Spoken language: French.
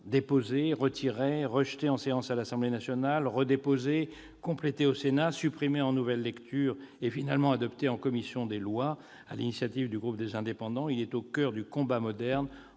Déposé, retiré, rejeté en séance à l'Assemblée nationale, redéposé, complété au Sénat, supprimé en nouvelle lecture et finalement adopté en commission des lois, sur l'initiative du groupe Les Indépendants, il est au coeur du combat moderne